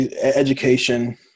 Education